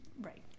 Right